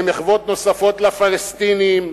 למחוות נוספות לפלסטינים,